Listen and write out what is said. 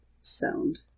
sound